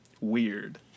weird